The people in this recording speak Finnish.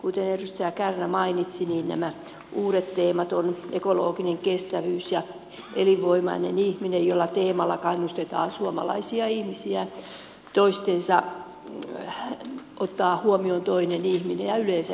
kuten edustaja kärnä mainitsi nämä uudet teemat ovat ekologinen kestävyys ja elinvoimainen ihminen jolla teemalla kannustetaan suomalaisia ihmisiä ottamaan huomioon toinen ihminen ja yleensäkin hyvinvointi